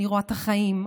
אני רואה את החיים,